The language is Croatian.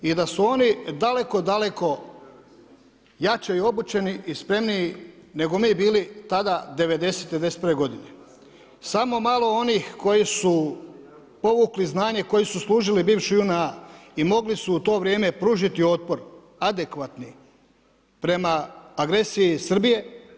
I da su oni daleko jače obučeni i spremniji, nego mi bili tada '90., '91. g. Samo malo onih koji su povukli znanje, koji su služili bivši JNA i mogli su u to vrijeme pružiti otpor, adekvatni, prema agresiji Srbije.